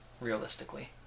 realistically